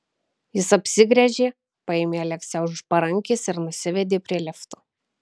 jis apsigręžė paėmė aleksę už parankės ir nusivedė prie lifto